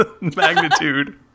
Magnitude